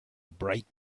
bright